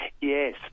Yes